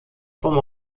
vom